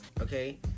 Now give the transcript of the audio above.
okay